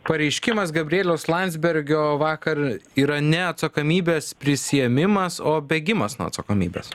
pareiškimas gabrieliaus landsbergio vakar yra ne atsakomybės prisiėmimas o bėgimas nuo atsakomybės